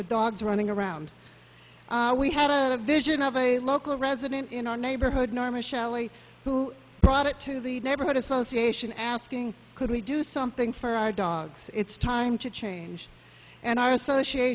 with dogs running around we had a vision of a local resident in our neighborhood norma shelley who brought it to the neighborhood association asking could we do something for our dogs it's time to change and our associat